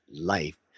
life